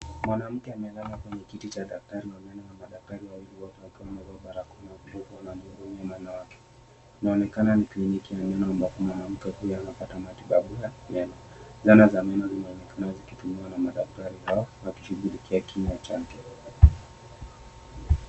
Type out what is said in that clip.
Mwanamke amelala kwenye kiti cha daktari wa meno na madaktari wawili wote wakiwa wamevaa barakoa inaonekana ni klinki ya meno ambapo mwanamke anapata matibabu ya meno, nyaya za meno zinaonekana zikitumiwa na madaktari hao wakishughulikia kinywa chake.